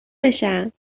بشم